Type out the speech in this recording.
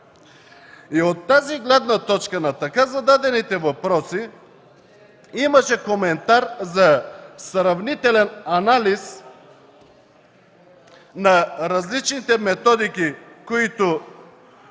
От тази гледна точка на така зададените въпроси имаше коментар за сравнителен анализ на различните методики, които